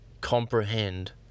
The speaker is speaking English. comprehend